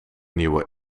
nieuwe